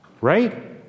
Right